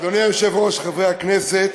אדוני היושב-ראש, חברי הכנסת,